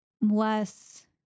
less